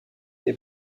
est